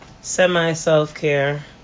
semi-self-care